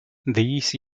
these